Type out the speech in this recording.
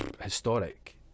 historic